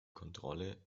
kontrolle